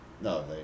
no